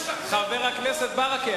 חבר הכנסת ברכה,